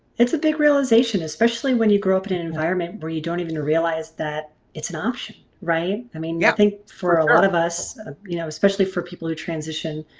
it's a big realization especially when you grow up in an environment where you don't even realize that it's an option right? i mean yeah i think for a lot of us ah you know especially for people who transition